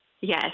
Yes